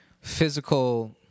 physical